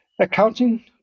accounting